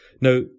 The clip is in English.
Now